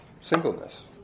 singleness